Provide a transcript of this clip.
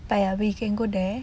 but ya we can go there